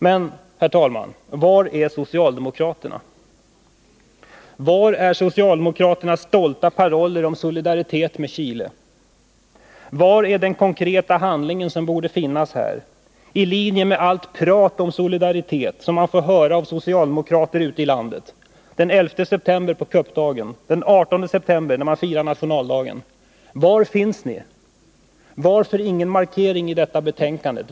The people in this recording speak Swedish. Men, herr talman, var är socialdemokraterna? Var är socialdemokraternas stolta paroller om solidaritet med Chile? Var är den konkreta handling som borde finnas här? Dessa frågor är berättigade med tanke på allt prat om solidaritet som man får höra av socialdemokraterna ute i landet, bl.a. på kuppdagen den 11 september och den 18 september, då Chile firar nationaldag. Var finns ni? Varför finns det inte någon markering i detta betänkande?